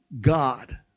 God